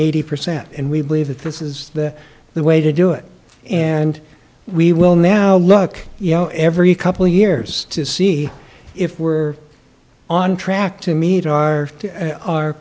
eighty percent and we believe that this is the the way to do it and we will now look you know every couple years to see if we're on track to me